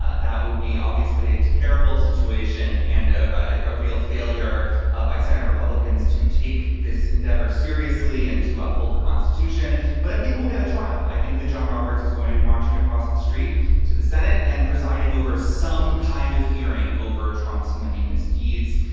ah that would be obviously a terrible situation and ah a real failure ah by senate republicans to take this endeavor seriously and to uphold the constitution. but i think we'll get to trial. i think that john roberts is going to be marching across the street to the senate and presiding over some kind of hearing over trump's many misdeeds,